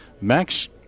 Max